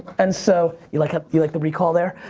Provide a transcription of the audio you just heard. and so, you like ah you like the recall there?